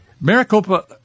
Maricopa